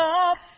up